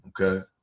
Okay